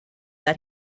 that